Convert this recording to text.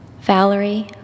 Valerie